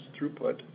throughput